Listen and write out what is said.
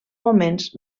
moments